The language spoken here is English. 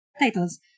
titles